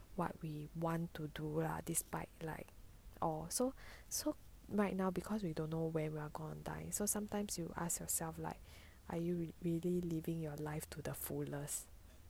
what we want to do lah despite like orh so so right now because we don't know when we're gonna die so sometimes you ask yourself lah like are you really living your life to the fullest